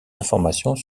informations